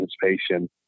participation